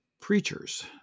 preachers